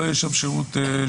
שלא יהיה שם שירות --- לא,